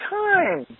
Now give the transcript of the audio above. time